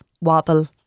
wobble